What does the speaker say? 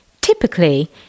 Typically